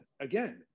again